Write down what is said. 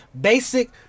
basic